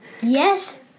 Yes